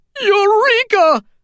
Eureka